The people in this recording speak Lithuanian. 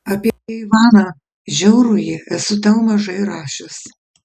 apie ivaną žiaurųjį esu tau mažai rašęs